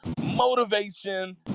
motivation